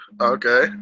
Okay